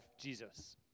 Jesus